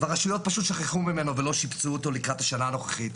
הרשויות פשוט שכחו ממנו ולא שיבצו אותו לקראת השנה הנוכחית.